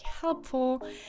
helpful